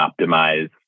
optimize